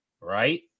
Right